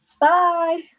Bye